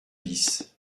bis